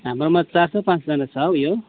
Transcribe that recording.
हाम्रोमा चार से पाँचजना छ ऊ यो